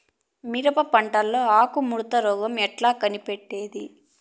మిరప పంటలో ఆకు ముడత రోగం ఎట్లా కనిపెట్టేది?